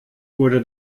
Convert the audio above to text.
wurde